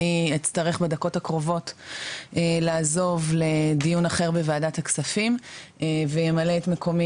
אני אצטרך בדקות הקרובות לעזוב לדיון אחר בוועדת הכספים וימלא את מקומי